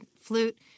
flute